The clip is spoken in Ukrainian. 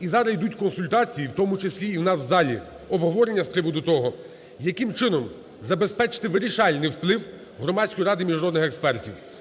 І зараз ідуть консультації, в тому числі і у нас в залі обговорення з приводу того, яким чином забезпечити вирішальний вплив Громадської ради міжнародних експертів.